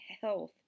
health